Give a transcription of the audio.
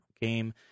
game